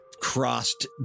crossed